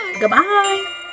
Goodbye